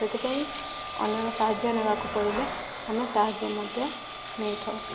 ସେଥିପାଇଁ ଅନ୍ୟର ସାହାଯ୍ୟ ନେବାକୁ ପଡ଼ିଲେ ଆମେ ସାହାଯ୍ୟ ମଧ୍ୟ ନେଇଥାଉ